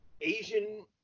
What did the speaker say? Asian